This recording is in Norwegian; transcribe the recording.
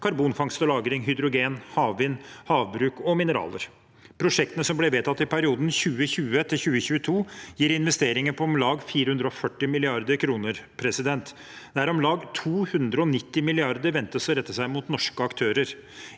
karbonfangst og -lagring, hydrogen, havvind, havbruk og mineraler. Prosjektene som ble vedtatt i perioden 2020–2022, gir investeringer på om lag 440 mrd. kr, der om lag 290 mrd. kr ventes å rette seg mot norske aktører.